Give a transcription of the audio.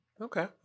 Okay